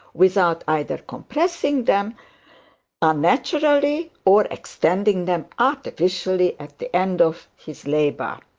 without either compressing them unnaturally, or extending them artificially at the end of his labour?